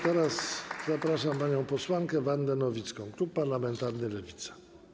Teraz zapraszam panią posłankę Wandę Nowicką, klub parlamentarny Lewica.